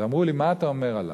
ואמרו לי: מה אתה אומר עליו?